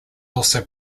also